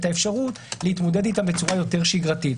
האפשרות להתמודד איתם בצורה יותר שגרתית.